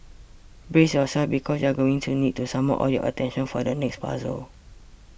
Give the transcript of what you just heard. brace yourselves because you're going to need to summon all your attention for the next puzzle